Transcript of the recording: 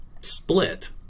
split